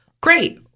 Great